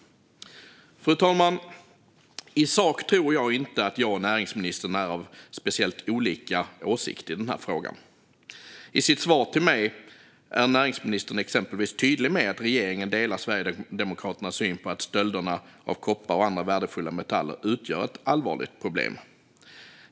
Fru talman! I sak tror jag inte att jag och näringsministern är av speciellt olika åsikt i den här frågan. I sitt svar till mig är näringsministern exempelvis tydlig med att regeringen delar Sverigedemokraternas syn på att stölderna av koppar och andra värdefulla metaller utgör ett allvarligt problem.